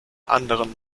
anderen